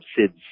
Sid's